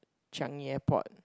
Changi-Airport